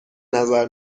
نظر